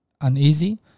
uneasy